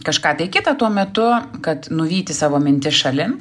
kažką kita tuo metu kad nuvyti savo mintis šalin